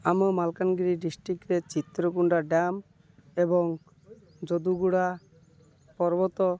ଆମ ମାଲକାନଗିରି ଡିଷ୍ଟ୍ରିକ୍ଟରେ ଚିତ୍ରକୁଣ୍ଡା ଡ୍ୟାମ୍ ଏବଂ ଯଦୁଗୁଡ଼ା ପର୍ବତ